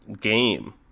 game